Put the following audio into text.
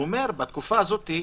הוא אומר שבתקופה הזאת,